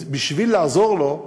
בשביל לעזור לו,